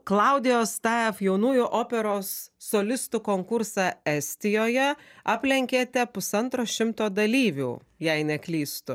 klaudijos tą jaunųjų operos solistų konkursą estijoje aplenkėte pusantro šimto dalyvių jei neklystų